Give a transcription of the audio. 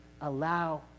Allow